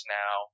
now